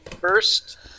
First